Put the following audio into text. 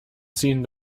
ziehen